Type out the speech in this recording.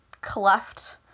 cleft